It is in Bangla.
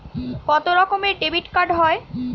কত রকমের ডেবিটকার্ড হয়?